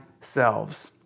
selves